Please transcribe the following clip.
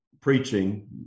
preaching